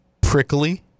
prickly